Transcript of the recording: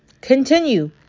continue